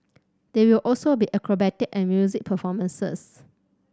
there will also be acrobatic and music performances